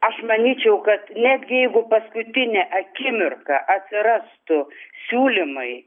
aš manyčiau kad netgi jeigu paskutinę akimirką atsirastų siūlymai